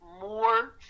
more